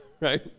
right